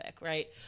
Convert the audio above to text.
right